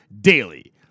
DAILY